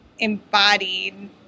embodied